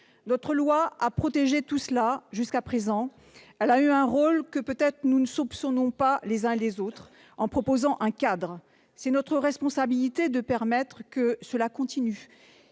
Notre loi a protégé tout cela jusqu'à présent, elle a joué un rôle que nous ne soupçonnons peut-être pas les uns et les autres, en proposant un cadre. C'est notre responsabilité de permettre que cela continue.